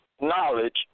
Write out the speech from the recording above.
knowledge